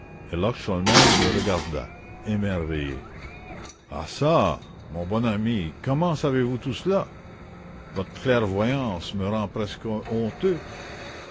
le regarda émerveillé ah ça mais mon bon ami comment savez-vous tout cela votre clairvoyance me rend presque honteux